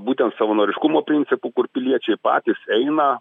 būtent savanoriškumo principu kur piliečiai patys eina